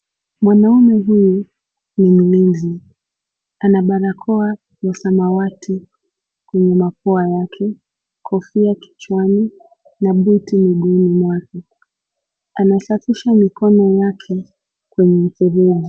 Mwanaume huyu ni mlinzi ana barakoa ya samawati kwenye mapua yake kofia kichwani na buti mguuni mwake, anasafisha mikono yake kwenye mfereji.